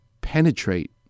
penetrate